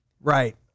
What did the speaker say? Right